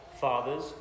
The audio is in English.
Fathers